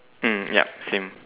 mm yup same